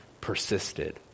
persisted